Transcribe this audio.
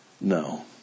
No